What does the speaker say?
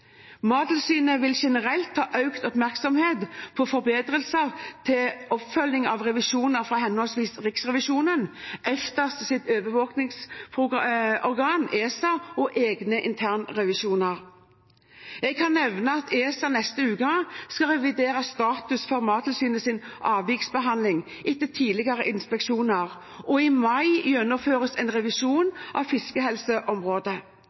Mattilsynet vil generelt ha økt oppmerksomhet på forberedelse til, og oppfølging av, revisjoner fra henholdsvis Riksrevisjonen, EFTAs overvåkingsorgan, ESA, og egne internrevisjoner. Jeg kan nevne at ESA neste uke skal revidere status for Mattilsynets avviksbehandling etter tidligere inspeksjoner, og i mai gjennomføres en